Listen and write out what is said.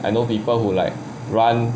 I know people who like run